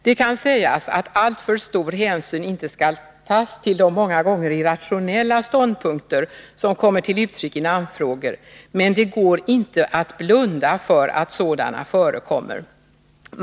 Det kan sägas att alltför stor hänsyn inte skall tagas till de många gånger irrationella ståndpunkter som kommer till uttryck i namnfrågor, men det går inte att blunda för att sådana förekommer.